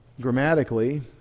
Grammatically